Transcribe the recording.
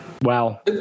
wow